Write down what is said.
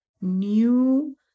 new